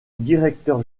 directeur